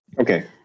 Okay